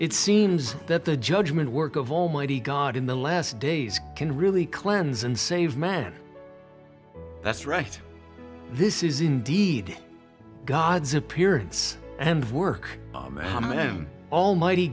it seems that the judgement work of almighty god in the last days can really cleanse and save man that's right this is indeed god's appearance and work